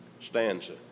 stanza